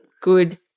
good